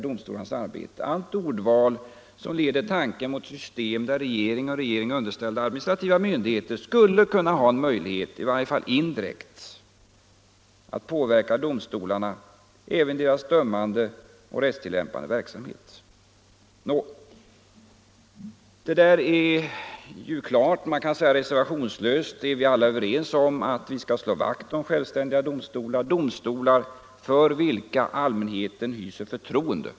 domstolarnas arbete — allt ordval som leder tanken till ett system där regeringen och regeringen underställda administrativa myndigheter skulle kunna ha en möjlighet, i varje fall indirekt, att påverka domstolarna även i deras dömande och rättstillämpande verksamhet. Nåväl, alla är vi reservationslöst överens om att vi skall slå vakt om självständiga domstolar — domstolar för vilka allmänheten hyser förtroende.